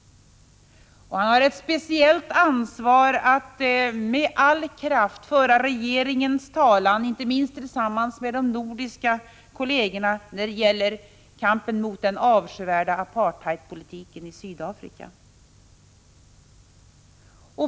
Han har ett speciellt ansvar för att med all kraft föra regeringens talan, inte minst tillsammans med de nordiska kollegerna, när det gäller kampen mot den avskyvärda apartheidpolitiken i Sydafrika.